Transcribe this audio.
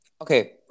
okay